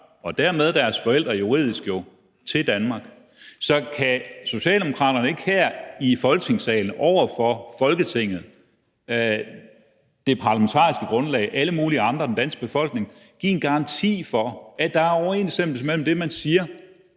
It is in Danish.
set deres forældre til Danmark. Så kan Socialdemokraterne ikke her i Folketingssalen over for Folketinget, det parlamentariske grundlag og alle mulige andre i den danske befolkning give en garanti for, at der er overensstemmelse mellem det, man siger,